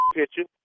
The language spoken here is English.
picture